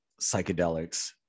psychedelics